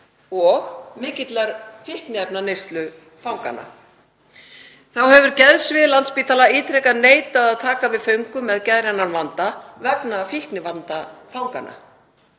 og mikillar fíkniefnaneyslu fanganna. Þá hefur geðsvið Landspítala ítrekað neitað að taka við föngum með geðrænan vanda vegna fíknivanda fanganna.